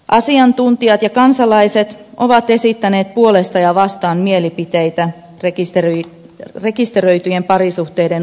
asiantuntijat ja kansalaiset ovat esittäneet puolesta ja vastaan mielipiteitä rekisteröityjen parisuhteiden oikeudesta adoptioon